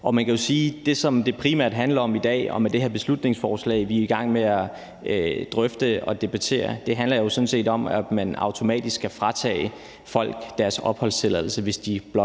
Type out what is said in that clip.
det, som det primært handler om i dag og med det her beslutningsforslag, vi er i gang med at drøfte og debattere, jo sådan set er, at man automatisk skal fratage folk deres opholdstilladelse, hvis de blot